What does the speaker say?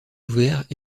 ouverts